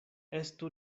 estu